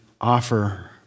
offer